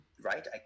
right